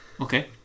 Okay